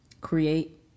Create